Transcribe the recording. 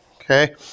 Okay